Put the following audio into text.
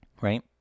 right